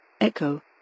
Echo